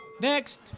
Next